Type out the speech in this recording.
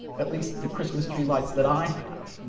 at least the christmas tree lights that i have,